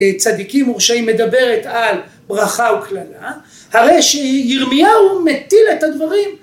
צדיקים ורשעים מדברת על ברכה וקללה, הרי שירמיהו מטיל את הדברים...